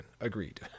Agreed